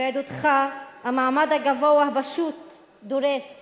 בעידודך, המעמד הגבוה פשוט דורס